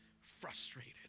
frustrated